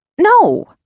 No